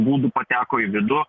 būdu pateko į vidų